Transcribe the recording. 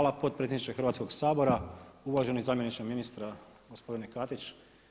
Hvala potpredsjedniče Hrvatskoga sabora, uvaženi zamjeniče ministra, gospodine Katić.